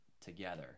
together